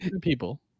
people